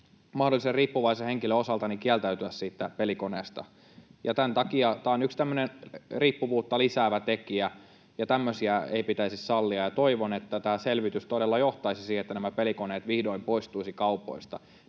mahdollisen riippuvaisen henkilön osalta kieltäytyä siitä pelikoneesta. Tämän takia tämä on yksi tämmöinen riippuvuutta lisäävä tekijä. Tämmöisiä ei pitäisi sallia, ja toivon, että tämä selvitys todella johtaisi siihen, että nämä pelikoneet vihdoin poistuisivat kaupoista.